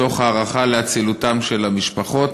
תוך הערכה לאצילותן של המשפחות.